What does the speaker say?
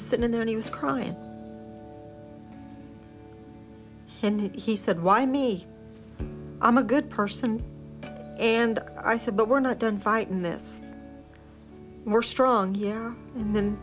was sitting there and he was crying and he said why me i'm a good person and i said but we're not done fighting this we're strong yeah and he